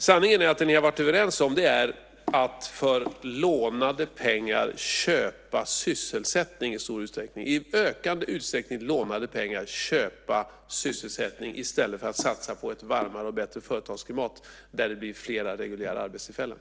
Sanningen är att det ni har varit överens om är att för lånade pengar köpa sysselsättning i stor utsträckning - att i ökande utsträckning för lånade pengar köpa sysselsättning i stället för att satsa på ett varmare och bättre företagsklimat där det blir flera reguljära arbetstillfällen.